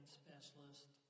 specialist